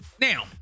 now